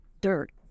dirt